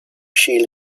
shi